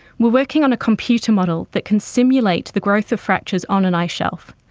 we are working on a computer model that can simulate the growth of fractures on an ice shelf.